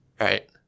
right